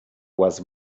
was